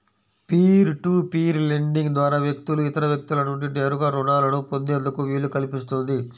peer to peer lending ద్వారా వ్యక్తులు ఇతర వ్యక్తుల నుండి నేరుగా రుణాలను పొందేందుకు వీలు కల్పిస్తుంది